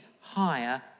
higher